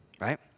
Right